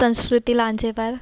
संस्कृती लांजेवार